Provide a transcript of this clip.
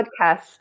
podcast